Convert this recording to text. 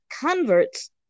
converts